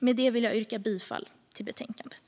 Med det yrkar jag bifall till förslaget i betänkandet.